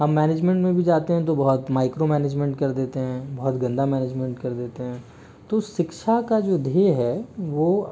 हम मैनेजमेंट में भी जाते है तो बहुत माइक्रो मैनेजमेंट कर देते है बहुत गंदा मैनेजमेंट कर देते हैं तो शिक्षा का जो धेय है वो